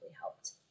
helped